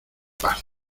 paz